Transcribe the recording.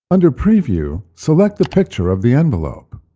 under preview, select the picture of the envelope.